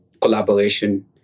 collaboration